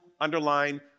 underline